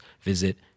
visit